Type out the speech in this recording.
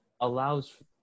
allows